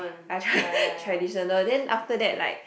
ah tra~ traditional then after that like